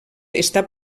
està